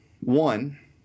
One